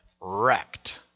wrecked